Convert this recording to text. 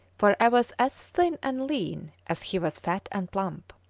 for i was as thin and lean, as he was fat and plump.